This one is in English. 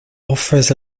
offers